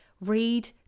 Read